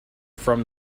from